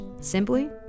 simply